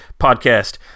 podcast